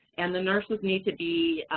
and the nurses need to be